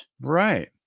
Right